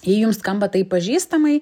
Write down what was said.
jei jum skamba tai pažįstamai